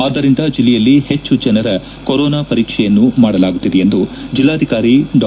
ಆದ್ದರಿಂದ ಜಿಲ್ಲೆಯಲ್ಲಿ ಹೆಚ್ಚು ಜನರ ಕೊರೊನಾ ಪರೀಕ್ಷೆಯನ್ನು ಮಾಡಲಾಗುತ್ತಿದೆ ಎಂದು ಜಿಲ್ಲಾಧಿಕಾರಿ ಡಾ